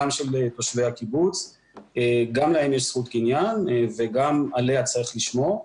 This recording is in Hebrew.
גם של תושבי הקיבוץ שגם להם יש זכות קניין וגם עליה צריך לשמור.